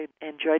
enjoyed